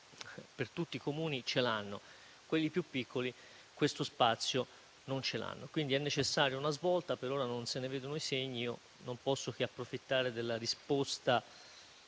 per tutti i Comuni, ce l'hanno. Quelli più piccoli invece questo spazio non ce l'hanno. È perciò necessaria una svolta. Per ora non se ne vedono i segni ed io non posso che approfittare della risposta